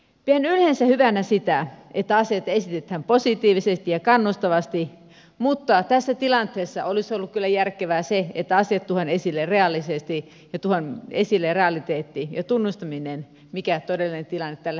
pidän yleensä hyvänä sitä että asiat esitetään positiivisesti ja kannustavasti mutta tässä tilanteessa olisi ollut kyllä järkevää se että tuodaan esille realiteetit ja tunnustetaan mikä todellinen tilanne tällä hetkellä on